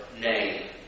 name